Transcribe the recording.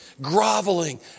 groveling